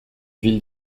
ville